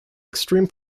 extreme